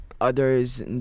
others